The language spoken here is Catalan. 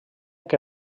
que